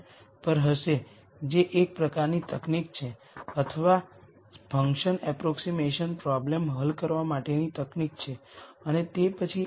machine learning જ્યાં તે concept આપણે શીખવીશું તે એડવાન્સ મશીન લર્નિંગ તકનીકોમાં વધુ ઉપયોગી થઈ શકે